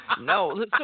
No